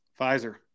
Pfizer